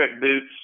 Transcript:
Boots